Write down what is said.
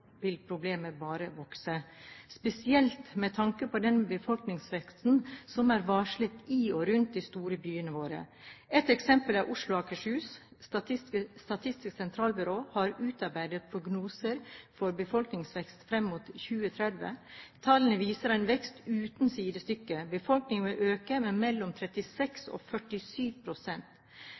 vil problemene bare vokse, spesielt med tanke på den befolkningsveksten som er varslet i og rundt de store byene våre. Ett eksempel er Oslo og Akershus. Statistisk sentralbyrå har utarbeidet prognoser for befolkningsveksten fram mot 2030. Tallene viser en vekst uten sidestykke. Befolkningen vil øke med 36–47 pst. Det må bygges anslagsvis 187 000 boliger, og